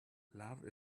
love